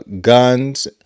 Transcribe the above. guns